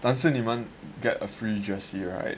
但是你们 get a free jersey right